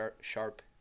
sharp